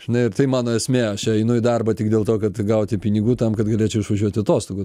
žinai ir tai mano esmė aš čia einu į darbą tik dėl to kad gauti pinigų tam kad galėčiau išvažiuoti atostogų